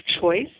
choice